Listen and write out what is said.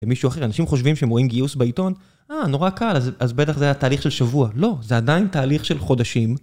למישהו אחר, אנשים חושבים שהם רואים גיוס בעיתון? אה, נורא קל, אז בטח זה היה תהליך של שבוע. לא, זה עדיין תהליך של חודשים.